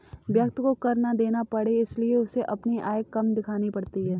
व्यक्ति को कर ना देना पड़े इसलिए उसे अपनी आय कम दिखानी पड़ती है